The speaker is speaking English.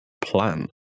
plan